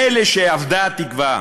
מילא שאבדה התקווה.